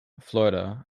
florida